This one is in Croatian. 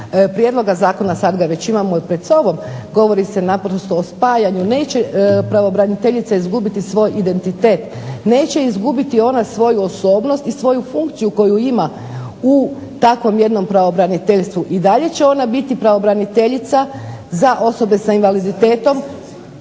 prijedloga zakona, sad ga već imamo pred sobom, govori se naprosto o spajanju, neće pravobraniteljica izgubit svoj identitet, neće izgubiti ona svoju osobnost i svoju funkciju koju ima u takvom jednom pravobraniteljstvu. I dalje će ona biti pravobraniteljica za osobe s invaliditetom,